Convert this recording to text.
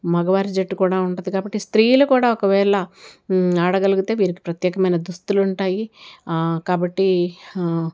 మగవారి జట్టు కూడా ఉంటుంది కాబట్టి స్త్రీలు కూడా ఒకవేళ ఆడగలిగితే వీరికి ప్రత్యేకమైన దుస్తులు ఉంటాయి కాబట్టి